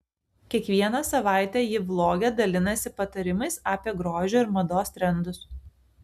kiekvieną savaitę ji vloge dalinasi patarimais apie grožio ir mados trendus